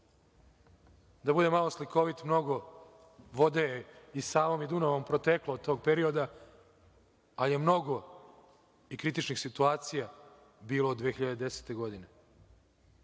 Da budem malo slikovit, mnogo vode je i Savom i Dunavom proteklo od tog perioda, ali je i mnogo kritičnih situacija bilo 2010. godine.